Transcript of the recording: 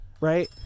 right